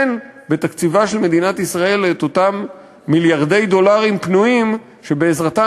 אין בתקציבה של מדינת ישראל אותם מיליארדי דולרים פנויים שבעזרתם